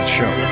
show